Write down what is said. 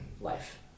life